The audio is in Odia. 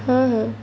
ହଁ ହଁ